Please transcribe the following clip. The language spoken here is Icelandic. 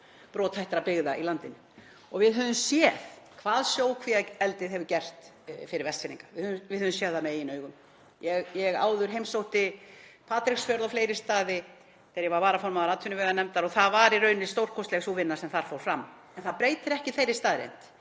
brothættra byggða í landinu. Við höfum séð hvað sjókvíaeldi hefur gert fyrir Vestfirðinga. Við höfum séð það með eigin augum. Ég áður heimsótti Patreksfjörð og fleiri staði þegar ég var varaformaður atvinnuveganefndar og hún var í rauninni stórkostleg sú vinna sem þar fór fram. En það breytir ekki þeirri staðreynd